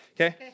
Okay